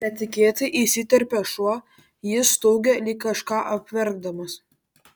netikėtai įsiterpia šuo jis staugia lyg kažką apverkdamas